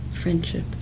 friendship